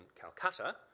Calcutta